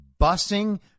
busing